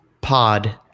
Pod